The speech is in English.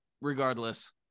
regardless